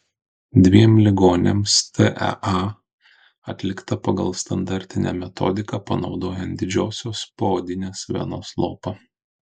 dviem ligoniams tea atlikta pagal standartinę metodiką panaudojant didžiosios poodinės venos lopą